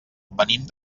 venim